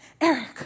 Eric